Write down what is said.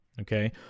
okay